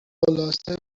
خلاصه